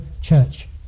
church